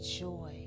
joy